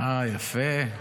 אה, יפה.